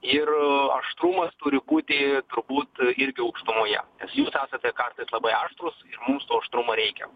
ir aštrumas turi būti turbūt irgi aukštumoje nes jūs esate kartais labai aštrūs ir mums to aštrumo reikia